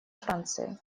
франции